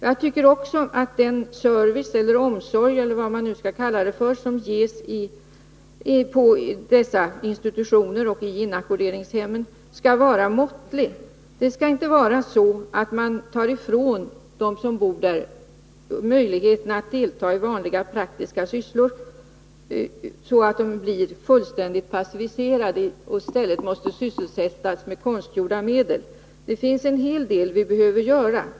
Jag tycker också att den service eller omsorg eller vad man nu skall kalla det som ges på dessa institutioner och i inackorderingshem skall vara måttlig. Det skall inte vara så att man tar ifrån dem som bor där möjligheterna att delta i vanliga praktiska sysslor så att de blir fullständigt passiviserade och i stället måste sysselsättas med konstgjorda medel. Det finns en hel del vi behöver göra.